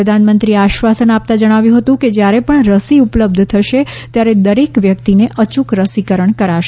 પ્રધાનમંત્રીએ આશ્વાસન આપતાં જણાવ્યું હતું કે જ્યારે પણ રસી ઉપલબ્ધ થશે ત્યારે દરેક વ્યક્તિને અયૂક રસીકરણ કરાશે